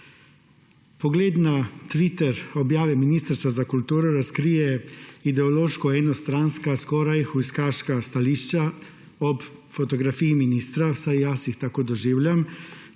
Pogled na twitter objave Ministrstva za kulturo razkrije ideološko enostranska, skoraj hujskaška stališča ob fotografiji ministra, vsaj jaz jih tako doživljam.